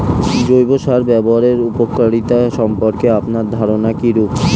জৈব সার ব্যাবহারের উপকারিতা সম্পর্কে আপনার ধারনা কীরূপ?